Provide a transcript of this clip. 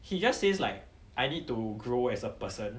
he just says like I need to grow as a person